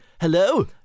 Hello